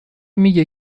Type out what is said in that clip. میگه